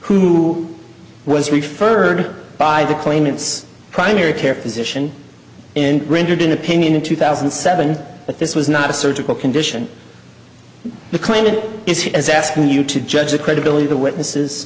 who was referred by the claimants primary care physician in rendered an opinion in two thousand and seven but this was not a surgical condition the kind it is he is asking you to judge the credibility the witnesses